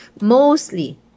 Mostly